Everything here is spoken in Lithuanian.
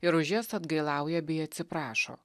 ir už jas atgailauja bei atsiprašo